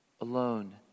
alone